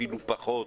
אפילו פחות.